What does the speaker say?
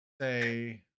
say